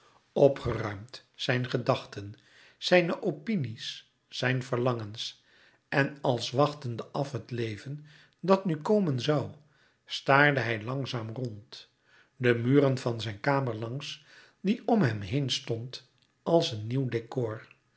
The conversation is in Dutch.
opgeruimd zijn gedachten zijne opinies zijn verlangens en als wachtende af het leven dat nu komen zoû staarde hij langzaam rond de muren van zijn kamer langs die om hem heen stond als een nieuw décor